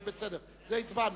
נשמח.